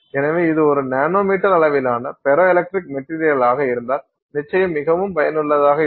எனவே இது நானோமீட்டர் அளவிலான ஃபெரோ எலக்ட்ரிக் மெட்டீரியளாக இருந்தால் நிச்சயமாக மிகவும் பயனுள்ளதாக இருக்கும்